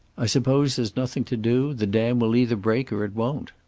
i suppose there's nothing to do? the dam will either break, or it won't.